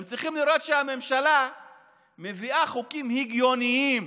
הם צריכים לראות שהממשלה מביאה חוקים הגיוניים,